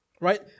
Right